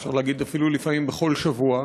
אפשר להגיד אפילו לפעמים בכל שבוע,